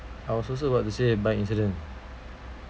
I was also about to say bike incident